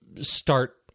start